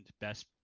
best